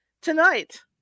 Tonight